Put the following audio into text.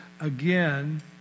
again